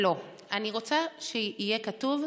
לא, אני רוצה שיהיה כתוב: